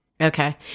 Okay